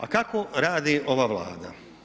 A kako radi ova Vlada?